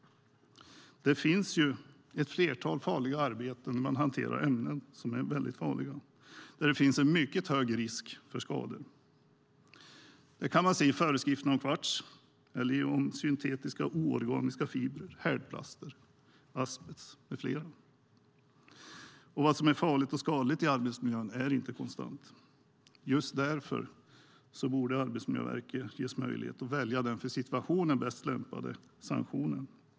Det finns ett flertal arbeten där farliga ämnen hanteras med en mycket hög risk för skador. Det framgår i föreskrifterna om kvarts, syntetiska oorganiska fibrer, härdplaster, asbest med flera. Vad som är farligt och skadligt i arbetsmiljön är inte konstant. Just därför borde Arbetsmiljöverket ges möjlighet att välja den för situationen bäst lämpade sanktionen.